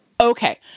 Okay